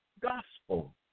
gospel